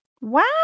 Wow